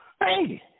Hey